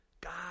God